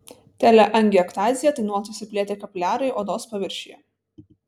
teleangiektazija tai nuolat išsiplėtę kapiliarai odos paviršiuje